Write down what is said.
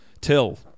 Till